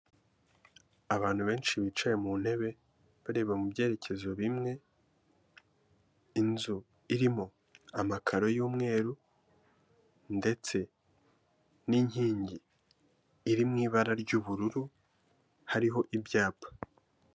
Abantu benshi bicaye mu ntebe bareba mu byerekezo bimwe, inzu irimo amakaro y'umweru ndetse n'inkingi iri mu ibara ry'ubururu hariho ibyapa.